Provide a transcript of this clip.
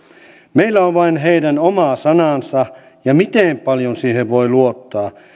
meillä on vain heidän oma sanansa ja miten paljon siihen voi luottaa